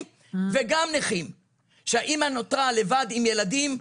וגם נכים - שהאימא נותרה לבד עם ילדים,